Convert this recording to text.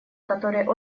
которые